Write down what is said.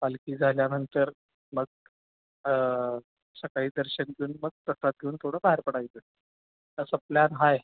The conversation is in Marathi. पालखी झाल्यानंतर मग सकाळी दर्शन घेऊन मग प्रसाद घेऊन थोडं बाहेर पडायचं असं प्लॅन आहे